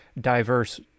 diverse